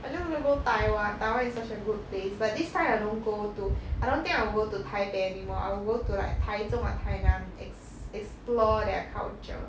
I just want go taiwan taiwan is such a good place but this time I don't go to I don't think I will go to taipei anymore I will go to like 台中 or 台南 ex~ explore their culture